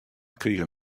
krigen